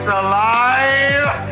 alive